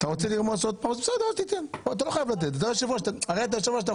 אנחנו נתחיל בקביעת ועדה לדיון בהצעת חוק